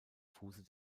fuße